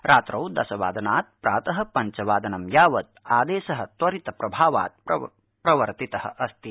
रात्रौ दश वादनात् प्रात पंचवादनं यावत् आदश्यी त्वरितप्रभावात् प्रवर्तित अस्ति